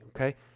okay